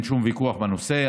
אין שום ויכוח בנושא.